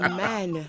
man